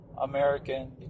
American